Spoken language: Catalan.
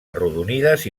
arrodonides